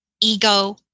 ego